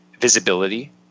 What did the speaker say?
visibility